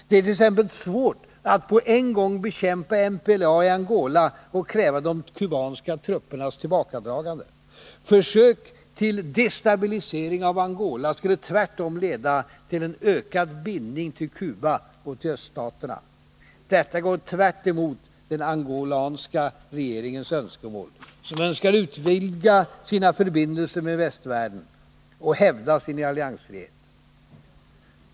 Det är t.ex. svårt att på en gång bekämpa MPLA i Angola och kräva de kubanska truppernas tillbakadragande. Försök till destabilisering av Angola skulle tvärtom leda till en ökad bindning till Kuba och till öststaterna. Detta går tvärt emot den angolanska regeringens önskemål att utvidga sina förbindelser med västvärlden och hävda sin alliansfrihet.